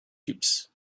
cubes